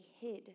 hid